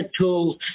tools